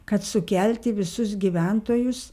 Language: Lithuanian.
kad sukelti visus gyventojus